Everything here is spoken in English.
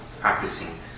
practicing